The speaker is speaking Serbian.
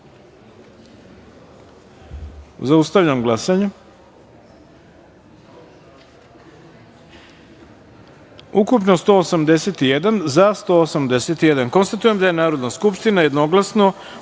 taster. Zaustavljam glasanje: ukupno – 181, za – 181.Konstatujem da je Narodna skupština jednoglasno